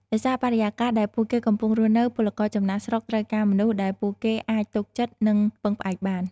ដោយសារបរិយាកាសដែលពួកគេកំពុងរស់នៅ ពលករចំណាកស្រុកត្រូវការមនុស្សដែលពួកគេអាចទុកចិត្ត និងពឹងផ្អែកបាន ។